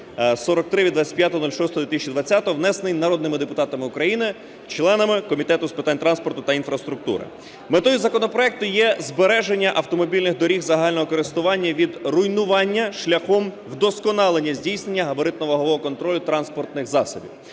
від 25.06.2020, внесений народними депутатами України, членами Комітету з питань транспорту та інфраструктури. Метою законопроекту є збереження автомобільних доріг загального користування від руйнування шляхом вдосконалення здійснення габаритно-вагового контролю транспортних засобів.